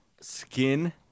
Skin